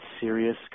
serious